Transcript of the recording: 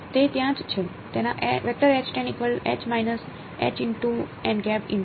તે ત્યાં જ છે